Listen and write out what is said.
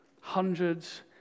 hundreds